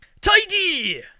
Tidy